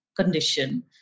condition